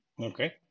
Okay